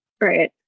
Right